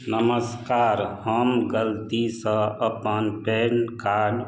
नमस्कार हम गलतीसँ अपन पैन कार्ड